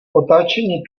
otáčení